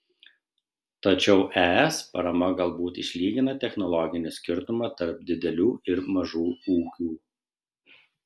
tačiau es parama galbūt išlygina technologinį skirtumą tarp didelių ir mažų ūkių